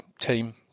team